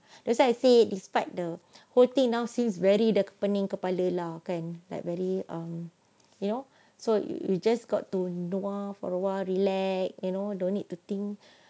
that's why I said despite the whole thing now seems already dah pening kepala lah kan like very um you know so you you just got to doa for awhile rilek you know don't need to think